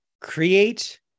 create